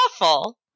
awful